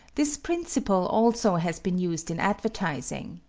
this principle also has been used in advertising.